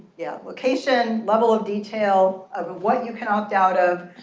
yeah, location, level of detail of of what you can opt out of.